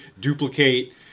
duplicate